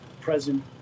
present